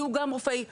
יהיו גם רופאי שב"ן,